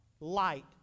light